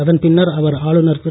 அதன் பின்னர் அவர் ஆளுநர் திரு